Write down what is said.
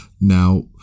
Now